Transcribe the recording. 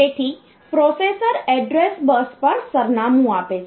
તેથી processor address bus પર સરનામું આપે છે